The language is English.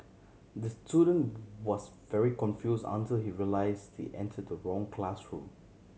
the student was very confuse until he realise he enter the wrong classroom